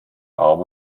arm